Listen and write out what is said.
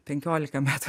penkiolika metų